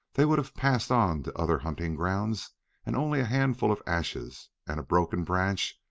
they would have passed on to other hunting grounds and only a handful of ashes and a broken branch,